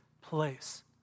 place